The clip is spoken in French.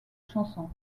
chanson